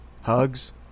Hugs